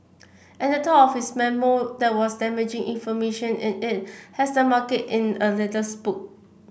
and the talk of this memo that was damaging information in it has the market in a little spooked